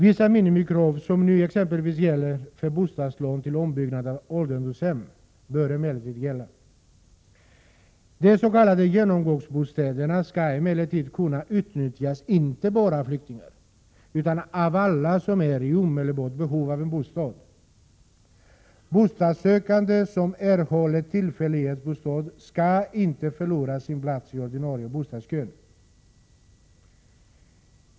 Vissa minimikrav, som nu exempelvis gäller för bostadslån till ombyggnad av ålderdomshem, bör emellertid gälla. De s.k. genomgångsbostäderna skall emellertid kunna utnyttjas inte bara av flyktingar utan av alla som är i omedelbart behov av en bostad. Bostadssökande som erhåller ”tillfällighetsbostad” skall inte förlora sin plats i ordinarie bostadskö.